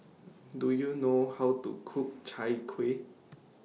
Do YOU know How to Cook Chai Kueh